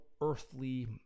earthly